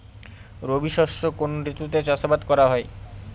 রবি শস্য কোন ঋতুতে চাষাবাদ করা হয়?